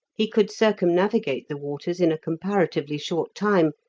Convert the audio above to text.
he could circumnavigate the waters in a comparatively short time,